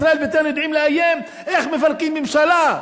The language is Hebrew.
ישראל ביתנו יודעים לאיים איך מפרקים ממשלה,